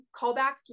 callbacks